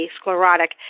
sclerotic